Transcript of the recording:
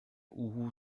uhu